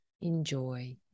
enjoy